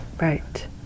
Right